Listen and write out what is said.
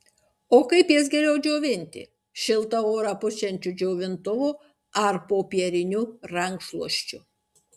o kaip jas geriau džiovinti šiltą orą pučiančiu džiovintuvu ar popieriniu rankšluosčiu